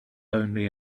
only